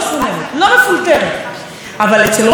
לא מסוננת ולא מפולטרת, עד שזה מגיע אליו.